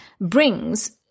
brings